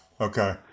Okay